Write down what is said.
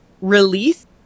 release